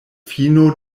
fino